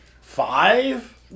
five